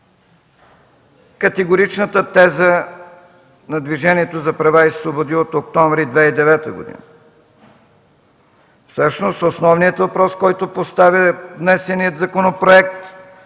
категоричната теза на Движението за права и свободи от октомври 2009 г.: „Всъщност основният въпрос, който поставя внесеният законопроект,